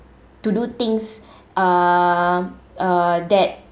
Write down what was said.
to do things err uh that